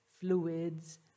fluids